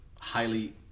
highly